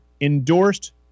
endorsed